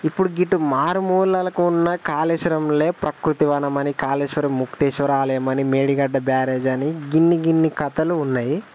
ఇప్పుడు గిటు మారుమూలాలకు ఉన్న కాళేశ్వరంలే ప్రకృతి వనమని కాళేశ్వర ముక్తేశ్వర ఆలయమని మేడిగడ్డ బ్యారేజ్ అని గిన్ని గిన్ని కథలు ఉన్నాయి